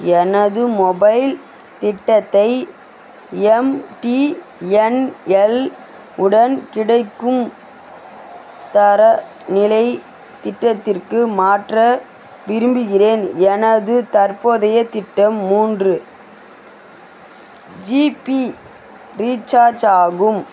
எனது மொபைல் திட்டத்தை எம்டிஎன்எல் உடன் கிடைக்கும் தரநிலை திட்டத்திற்கு மாற்ற விரும்புகிறேன் எனது தற்போதைய திட்டம் மூன்று ஜிபி ரீச்சார்ஜ் ஆகும்